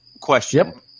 question